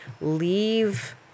leave